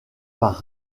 par